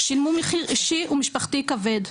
שילמו מחיר אישי ומשפחתי כבד,